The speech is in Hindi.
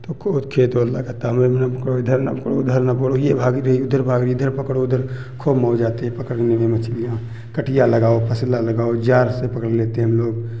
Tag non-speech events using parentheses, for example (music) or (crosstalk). तो खूब खेत वो लगाता (unintelligible) ना पकड़ो इधर ना पकड़ो उधर ना पकड़ो ये भाग रही उधर भाग रही इधर पकड़ो उधर खूब मौज आती है पकड़ने में मछलियाँ कटिया लगाओ फसला लगाओ जार से पकड़ लेते हम लोग